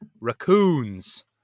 raccoons